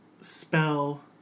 spell